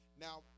Now